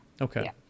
okay